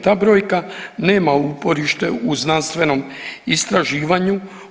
Ta brojka nema uporište u znanstvenom istraživanju.